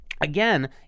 again